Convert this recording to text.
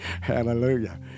Hallelujah